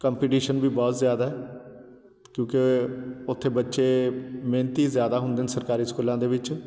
competition ਵੀ ਬਹੁਤ ਜ਼ਿਆਦਾ ਕਿਉਂਕਿ ਉੱਥੇ ਬੱਚੇ ਮਿਹਨਤੀ ਜ਼ਿਆਦਾ ਹੁੰਦੇ ਨੇ ਸਰਕਾਰੀ ਸਕੂਲਾਂ ਦੇ ਵਿੱਚ